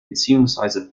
beziehungsweise